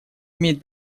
имеет